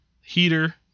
heater